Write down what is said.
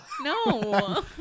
No